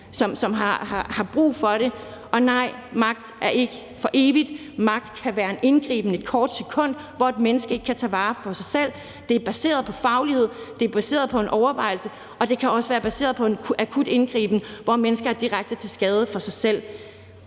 som har brug for det. Og nej, magt er ikke for evigt, magt kan være en indgriben et kort sekund, hvor et menneske ikke kan tage vare på sig selv. Det er baseret på faglighed, det er baseret på en overvejelse, og det kan også være baseret på en akut indgriben, hvor mennesker er direkte til skade for sig selv.